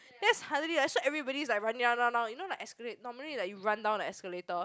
then suddenly like so everybody's like running down down down you know like escalate normally like you run down the escalator